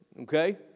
okay